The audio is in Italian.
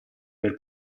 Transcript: per